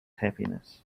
happiness